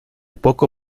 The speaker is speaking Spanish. poco